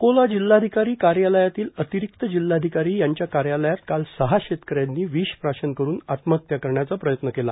अकोला जिल्हाधिकारी कार्यालयातील अतिरिक्त जिल्हाधिकारी यांच्या कार्यालयात काल सहा शेतकऱ्यांनी विष प्राशन करून आत्महत्या करण्याचा प्रयत्न केला